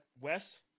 west